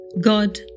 God